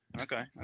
Okay